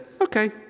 okay